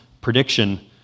prediction